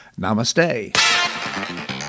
Namaste